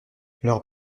leurs